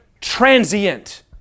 transient